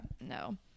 No